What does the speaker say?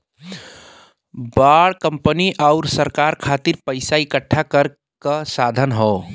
bond company आउर सरकार खातिर पइसा इकठ्ठा करे क साधन हौ